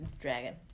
dragon